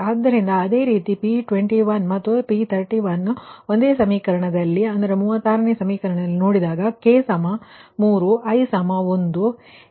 ಆದ್ದರಿಂದ ಅದೇ ರೀತಿ P21 ಮತ್ತು P31 ನ್ನು ಒಂದೇ ಸಮೀಕರಣದಲ್ಲಿ 36 ನೋಡಿದಾಗ k 3 i 1